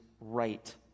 right